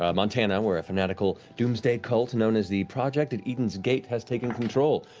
ah montana, where a fanatical doomsday cult known as the project at eden's gate has taken control.